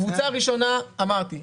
קבוצה ראשונה, אמרתי.